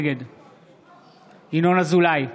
נגד ינון אזולאי,